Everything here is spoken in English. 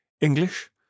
English